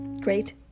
Great